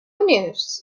news